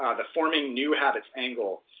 ah the forming new habits angle,